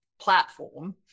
platform